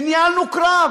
ניהלנו קרב,